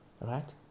Right